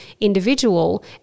individual